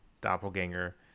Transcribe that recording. doppelganger